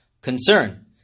concern